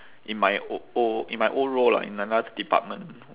in my old old in my old role lah in another department